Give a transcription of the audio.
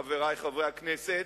חברי חברי הכנסת,